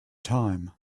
time